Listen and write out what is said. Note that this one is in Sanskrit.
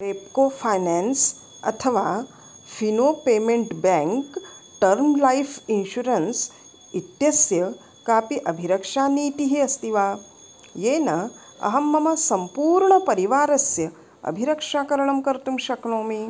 रेप्को फ़ैनान्स् अथवा Fino payments bank term life insurance इत्यस्य कापि अभिरक्षानीतिः अस्ति वा येन अहं मम सम्पूर्णपरिवारस्य अभिरक्षाकरणं कर्तुं शक्नोमि